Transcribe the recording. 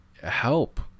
help